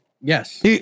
Yes